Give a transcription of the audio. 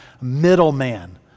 middleman